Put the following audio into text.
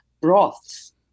broths